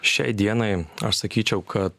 šiai dienai aš sakyčiau kad